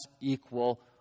equal